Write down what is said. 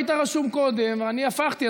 היית רשום קודם ואני הפכתי,